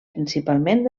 principalment